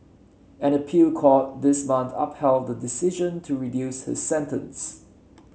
an appeal court this month upheld the decision to reduce his sentence